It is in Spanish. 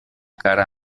cara